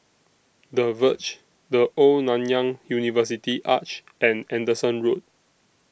The Verge The Old Nanyang University Arch and Anderson Road